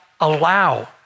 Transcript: allow